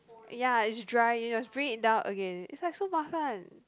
ya it's dry you know to be bring indoor again it's like so 麻烦:mafan